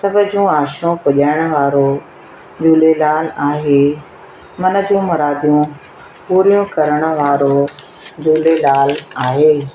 सभ जूं आशाऊं पुॼाइण वारो झूलेलाल आहे मन जूं मुरादियूं पूरियूं करण वारो झूलेलाल आहे